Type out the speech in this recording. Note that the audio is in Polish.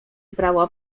brała